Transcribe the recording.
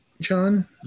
John